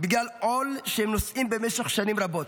בגלל עול שהם נושאים במשך שנים רבות,